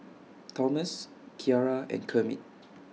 Tomas Kiara and Kermit